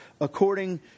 according